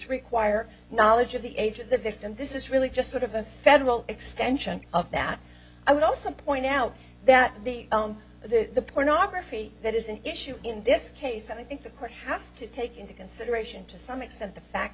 require knowledge of the age of the victim this is really just sort of a federal extension of that i would also point out that the the pornography that is an issue in this case i think the courthouse to take into consideration to some extent the facts